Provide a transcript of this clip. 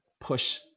push